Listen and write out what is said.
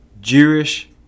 Jewish